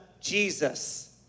Jesus